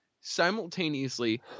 simultaneously